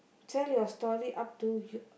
tell your story up till you